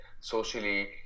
socially